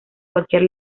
cualquier